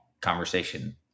conversation